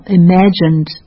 imagined